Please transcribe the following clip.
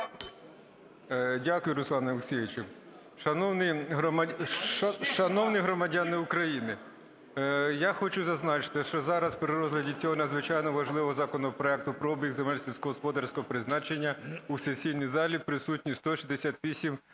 Дякую, Руслане Олексійовичу. Шановні громадяни України, я хочу зазначити, що зараз при розгляді цього надзвичайно важливого законопроекту про обіг земель сільськогосподарського призначення у сесійній залі присутні 168 народних